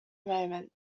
moment